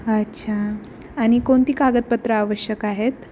अच्छा आणि कोणती कागदपत्रं आवश्यक आहेत